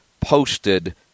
posted